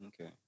Okay